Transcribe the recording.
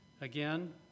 again